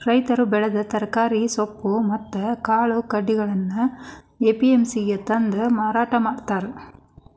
ರೈತರು ಬೆಳೆದ ತರಕಾರಿ, ಸೊಪ್ಪು ಮತ್ತ್ ಕಾಳು ಕಡಿಗಳನ್ನ ಎ.ಪಿ.ಎಂ.ಸಿ ಗೆ ತಂದು ಮಾರಾಟ ಮಾಡ್ತಾರ